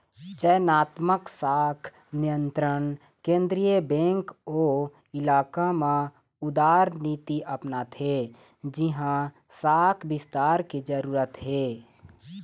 चयनात्मक शाख नियंत्रन केंद्रीय बेंक ओ इलाका म उदारनीति अपनाथे जिहाँ शाख बिस्तार के जरूरत हे